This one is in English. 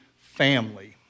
family